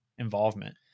Involvement